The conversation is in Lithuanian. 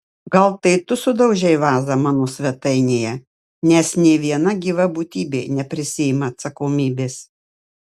gal tai tu sudaužei vazą mano svetainėje nes nė viena gyva būtybė neprisiima atsakomybės